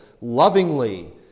lovingly